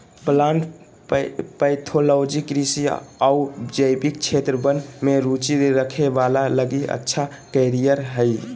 plant pathology कृषि आऊ जैविक क्षेत्र वन में रुचि रखे वाला लगी अच्छा कैरियर हइ